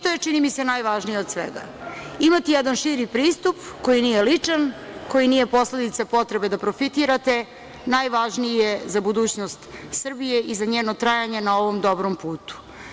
To je, čini mi se, najvažnije od svega – imati jedan širi pristup, koji nije ličan, koji nije posledica potrebe da profitirate, najvažniji je za budućnost Srbije i za njeno trajanje na ovom dobrom putu.